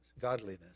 godliness